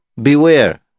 Beware